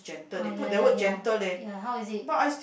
ah ya ya ya ya how's it